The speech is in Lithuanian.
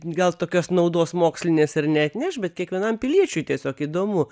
gal tokios naudos mokslinės ir neatneš bet kiekvienam piliečiui tiesiog įdomu